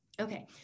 Okay